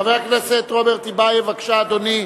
חבר הכנסת רוברט טיבייב, בבקשה, אדוני.